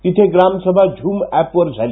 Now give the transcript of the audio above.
तिथे ग्रामसभा झुम एपवर झाली